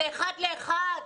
זה אחד לאחד.